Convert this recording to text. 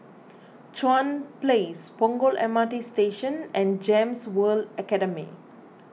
Chuan Place Punggol M R T Station and Gems World Academy